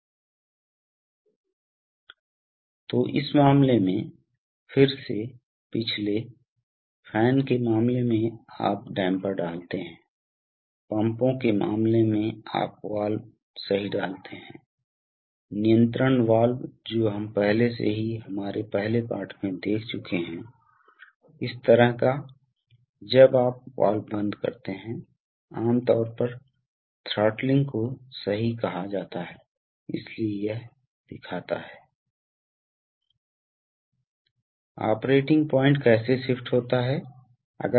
इसलिए इस कक्ष को सील कर दिया गया है जबकि यह कक्ष खुला है इसलिए ऐसा होता है कि अब यदि आप सिलेंडर को धक्का देना चाहते हैं तो हवा संकुचित हो जाएगी और कुछ बल पैदा होगा इसलिए इसे स्वतंत्र रूप से स्थानांतरित नहीं किया जा सकता है इसलिए आप इसे जानते हैं उस तरह से बंद हो जाता है इसलिए आपके पास विभिन्न प्रकार के सर्किट हो सकते हैं और हम उनमें से कुछ को बाद में देखेंगे